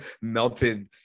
melted